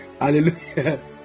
hallelujah